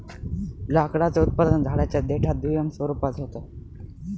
लाकडाचं उत्पादन झाडांच्या देठात दुय्यम स्वरूपात होत